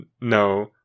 No